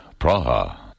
Praha